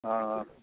हँ